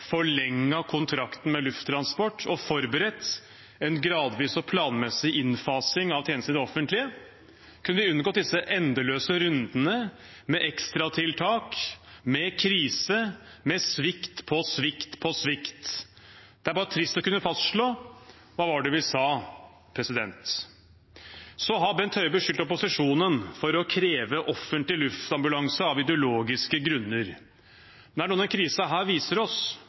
kontrakten med Lufttransport og forberedt en gradvis og planmessig innfasing av tjenesten i det offentlige, kunne vi ha unngått disse endeløse rundene med ekstratiltak, med krise, med svikt på svikt på svikt. Det er bare trist å kunne fastslå: Hva var det vi sa? Bent Høie har beskyldt opposisjonen for å kreve offentlig luftambulanse av ideologiske grunner. Er det noe denne krisen viser oss,